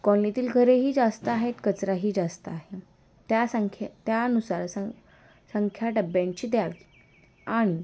कॉलनीतील घरही जास्त आहेत कचराही जास्त आहे त्या संख्ये त्यानुसार सं संख्या डब्ब्यांची द्यावी आणि